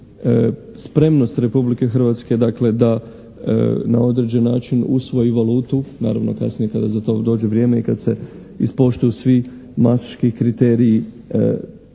spremnost Republike Hrvatske dakle da na određeni način usvoji valutu, naravno kasnije kada za to dođe vrijeme i kad se ispoštuju svi mastriški kriteriji